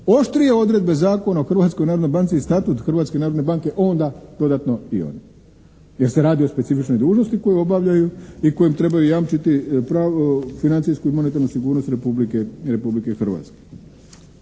oštrije odredbe Zakona o Hrvatskoj narodnoj banci i Statut Hrvatske narodne banke onda dodatno i … /Govornik se ne razumije./ … Jer se radi o specifičnoj dužnosti koju obavljaju i kojem trebaju jamčiti financijsku i monetarnu sigurnost Republike Hrvatske.